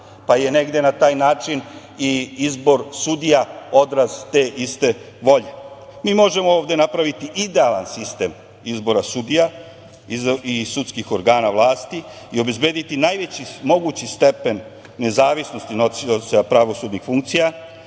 pa je negde na taj način i izbor sudija odraz te iste volje. Mi možemo ovde napraviti idealan sistem izbora sudija i sudskih organa vlasti i obezbediti najveći mogući stepen nezavisnosti nosioca pravosudnih funkcija,